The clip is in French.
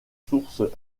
sources